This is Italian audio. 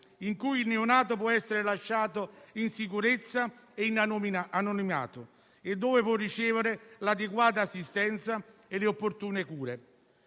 in cui il neonato può essere lasciato in sicurezza e in anonimato e dove può ricevere l'adeguata assistenza e le opportune cure.